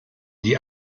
die